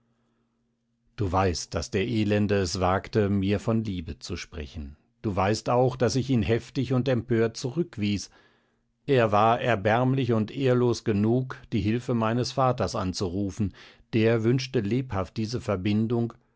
du weißt daß der elende es wagte mir von liebe zu sprechen du weißt auch daß ich ihn heftig und empört zurückwies er war erbärmlich und ehrlos genug die hilfe meines vaters anzurufen der wünschte lebhaft diese verbindung